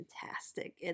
fantastic